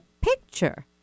picture